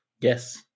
yes